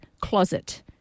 closet